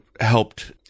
helped